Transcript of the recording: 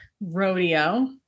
rodeo